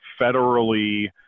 federally